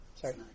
Sorry